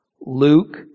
Luke